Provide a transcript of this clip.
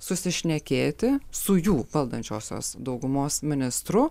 susišnekėti su jų valdančiosios daugumos ministru